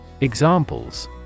Examples